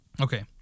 Okay